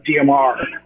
dmr